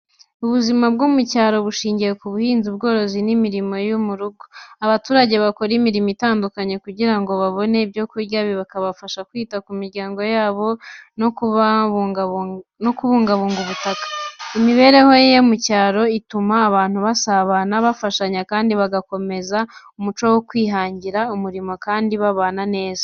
Ubuzima bwo mu cyaro bushingiye ku buhinzi, ubworozi n’imirimo yo mu rugo. Abaturage bakora imirimo itandukanye kugira ngo babone ibyo kurya, bikabafasha kwita ku miryango yabo no kubungabunga ubutaka. Imibereho yo mu cyaro ituma abantu basabana, bafashanya kandi bagakomeza umuco wo kwihangira imirimo, kandi babana neza.